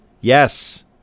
Yes